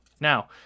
Now